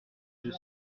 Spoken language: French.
deux